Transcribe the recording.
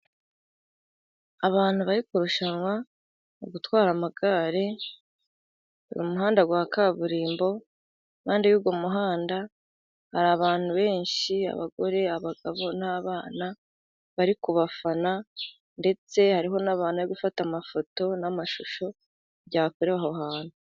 Abantu bari kurushanwa mu gutwara amagare, umuhanda wa kaburimbo, impande y'uwo muhanda hari abantu benshi, abagore, abagabo n'abana bari kubafana, ndetse hariho n'abantu bafata amafoto n'amashusho byakorewe aho hantu.